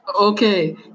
Okay